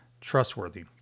trustworthy